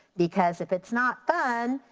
because if it's not fun,